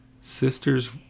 Sisters